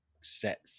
set